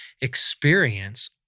experience